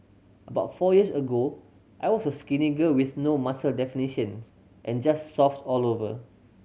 about four years ago I was a skinny girl with no muscle definitions and just soft all over